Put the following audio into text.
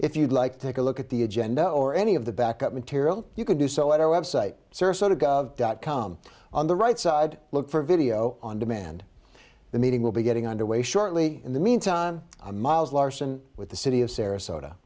if you'd like to take a look at the agenda or any of the backup material you can do so at our website serve so to gov dot com on the right side look for video on demand the meeting will be getting underway shortly in the meantime i'm miles larson with the city of sarasota